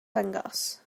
dangos